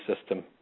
system